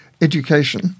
education